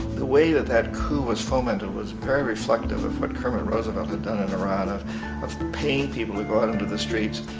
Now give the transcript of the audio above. the way, that that coup was fomented was very reflective of what kermit roosevelt had done in iran. of of paying people to go out onto the streets,